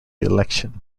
election